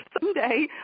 Someday